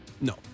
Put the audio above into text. No